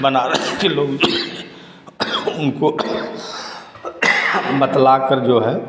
बनारस के लोग जो उनको बतलाकर जो है